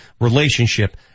relationship